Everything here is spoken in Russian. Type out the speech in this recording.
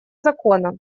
закона